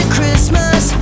Christmas